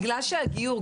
בגלל שהגיור,